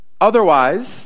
Otherwise